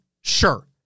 Sure